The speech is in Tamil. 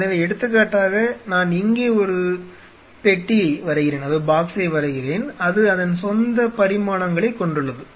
எனவே எடுத்துக்காட்டாக நான் இங்கே ஒரு பெட்டியை வரைகிறேன் அது அதன் சொந்த பரிமாணங்களைக் கொண்டுள்ளது